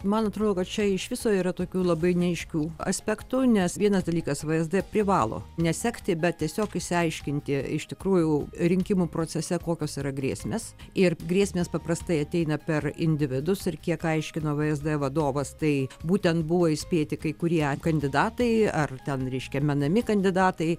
man atrodo kad čia iš viso yra tokių labai neaiškių aspektu nes vienas dalykas vsd privalo nesekti bet tiesiog išsiaiškinti iš tikrųjų rinkimų procese kokios yra grėsmės ir grėsmės paprastai ateina per individus ir kiek aiškino vsd vadovas tai būtent buvo įspėti kai kurie kandidatai ar ten reiškia menami kandidatai